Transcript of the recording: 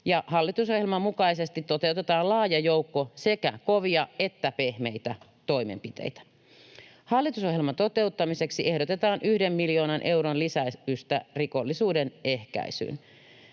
hallitusohjelman mukaisesti toteutetaan laaja joukko sekä kovia että pehmeitä toimenpiteitä. Hallitusohjelman toteuttamiseksi ehdotetaan 1 miljoonan euron lisäystä rikollisuuden ehkäisyyn.